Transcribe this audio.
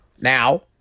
Now